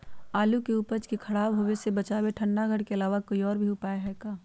आलू के उपज के खराब होवे से बचाबे ठंडा घर के अलावा कोई और भी उपाय है का?